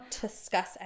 discuss